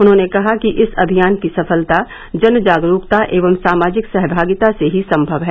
उन्होंने कहा कि इस अभियान की सफलता जन जागरूकता एवं सामाजिक सहभागिता से ही संभव है